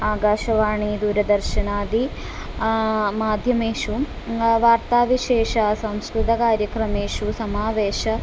आकाशवाणी दूरदर्शनादिषु माध्यमेषु वार्ताविशेषेषु संस्कृतकार्यक्रमेषु समावेषिता